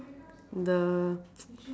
the